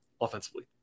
offensively